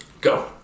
Go